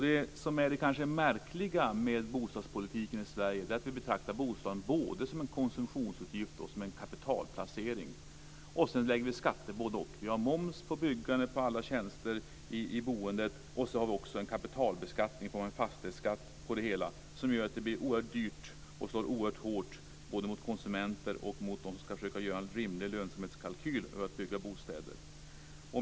Det som är märkligt med bostadspolitiken i Sverige är att vi betraktar bostaden både som en konsumtionsutgift och som en kapitalplacering. Sedan lägger vi skatter på både-och. Vi har moms på byggandet och på alla tjänster i boendet och så har vi också en kapitalbeskattning i form av en fastighetsskatt som gör att det blir oerhört dyrt och som slår oerhört hårt både mot konsumenter och mot dem som ska försöka göra en rimlig lönsamhetskalkyl över byggande av bostäder.